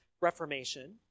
reformation